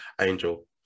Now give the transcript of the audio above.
Angel